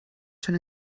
schon